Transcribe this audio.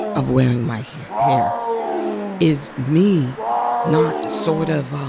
of wearing my hair is me not sort of